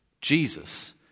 Jesus